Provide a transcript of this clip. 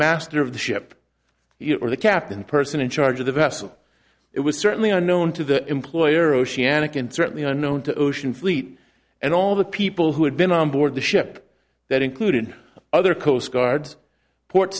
master of the ship you are the captain person in charge of the vessel it was certainly unknown to the employer oceanic and certainly unknown to ocean fleet and all the people who had been on board the ship that included other coast guard port